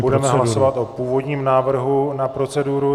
Budeme hlasovat o původním návrhu na proceduru.